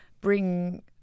bring